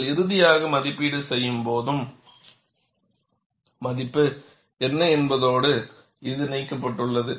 நீங்கள் இறுதியாக மதிப்பீடு செய்யப் போகும் மதிப்பு என்ன என்பதோடு இது இணைக்கப்பட்டுள்ளது